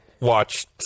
watch